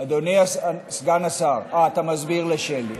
אדוני סגן השר, אה, אתה מסביר לשלי.